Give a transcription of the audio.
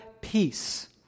peace